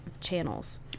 channels